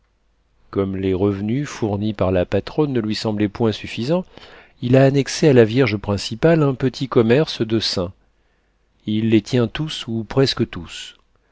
comme les revenus fournis par la patronne ne lui semblaient point suffisants il a annexé à la vierge principale un petit commerce de saints il les tient tous ou presque tous